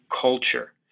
culture